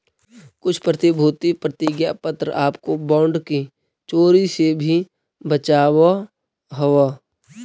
कुछ प्रतिभूति प्रतिज्ञा पत्र आपको बॉन्ड की चोरी से भी बचावअ हवअ